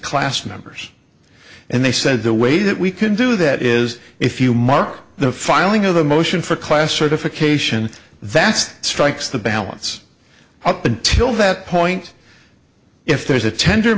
class members and they said the way that we can do that is if you mark the filing of the motion for class certification that's strikes the balance up until that point if there's a tender